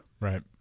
right